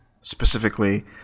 specifically